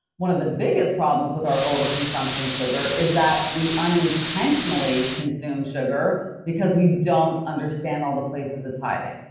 one of the biggest problems with our over consumption of sugar is that we unintentionally consume sugar because we don't understand all the places it's hiding,